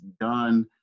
done